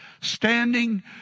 standing